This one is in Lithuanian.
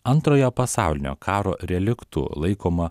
antrojo pasaulinio karo reliktu laikoma